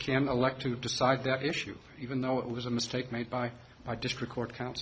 can elect to decide that issue even though it was a mistake made by my district court count